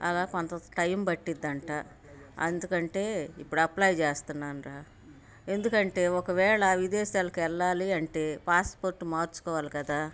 అలా కొంత టైమ్ పట్టిద్దంట అందుకంటే ఇప్పుడు అప్లై చేస్తన్నాను రా ఎందుకంటే ఒకవేళ విదేశాలకు వెళ్ళాలి అంటే పాస్పోర్ట్ మార్చుకోవాలి కదా